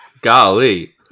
Golly